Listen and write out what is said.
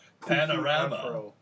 Panorama